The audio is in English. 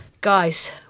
guys